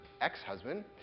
ex-husband